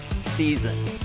season